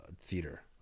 theater